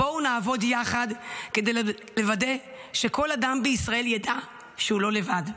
בואו ונעבוד יחד כדי לוודא שכל אדם בישראל ידע שהוא לא לבד.